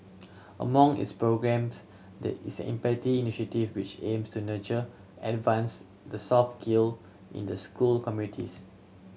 among its programmes the is Empathy Initiative which aims to nurture advance the soft skill in the school communities